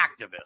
activist